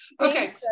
okay